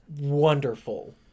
wonderful